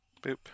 Boop